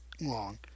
long